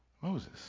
Moses